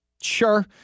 sure